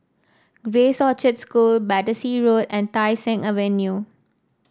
Grace Orchard School Battersea Road and Tai Seng Avenue